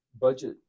budget